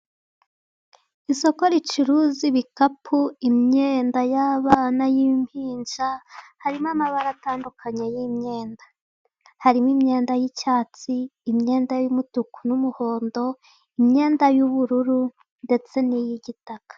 Isoko ricuruza ibikapu, imyenda y'abana y'impinja, harimo amabara atandukanye y'imyenda, harimo imyenda y'icyatsi, imyenda y'umutuku n'umuhondo, imyenda y'ubururu ndetse n'iy'igitaka.